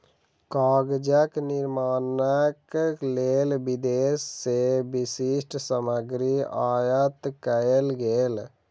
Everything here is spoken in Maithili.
कागजक निर्माणक लेल विदेश से विशिष्ठ सामग्री आयात कएल गेल